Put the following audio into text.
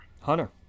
Hunter